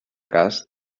cas